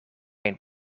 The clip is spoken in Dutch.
een